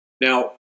Now